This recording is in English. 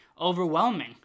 overwhelming